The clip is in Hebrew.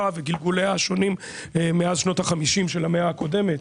וגלגוליה השונים מאז שנות ה-50 של המאה הקודמת,